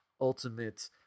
ultimate